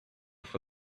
for